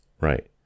Right